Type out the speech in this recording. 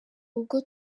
ubwo